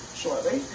shortly